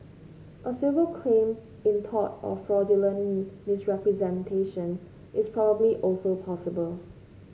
a civil claim in tort of fraudulent misrepresentation is probably also possible